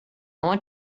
want